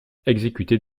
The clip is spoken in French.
exécutait